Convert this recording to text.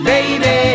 Baby